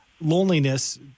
loneliness